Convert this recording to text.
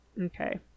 okay